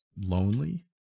lonely